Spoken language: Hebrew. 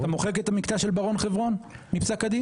אתה מוחק את המקטע של בר און חברון מפסק הדין?